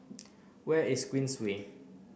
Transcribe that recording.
where is Queensway